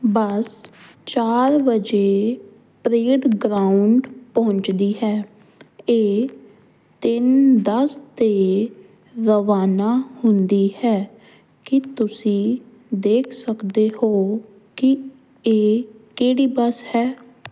ਬੱਸ ਚਾਰ ਵਜੇ parade ground ਪਹੁੰਚਦੀ ਹੈ ਇਹ ਤਿੰਨ ਦਸ 'ਤੇ ਰਵਾਨਾ ਹੁੰਦੀ ਹੈ ਕੀ ਤੁਸੀਂ ਦੇਖ ਸਕਦੇ ਹੋ ਕਿ ਇਹ ਕਿਹੜੀ ਬੱਸ ਹੈ